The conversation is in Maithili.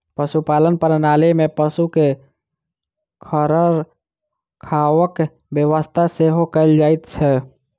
पशुपालन प्रणाली मे पशु के रखरखावक व्यवस्था सेहो कयल जाइत छै